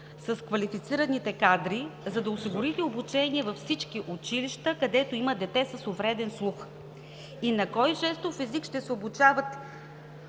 с квалифицираните кадри, за да осигурите обучение във всички училища, където има дете с увреден слух? На кой жестов език ще се обучават